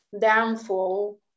downfall